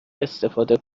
استفاده